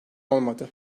olmadı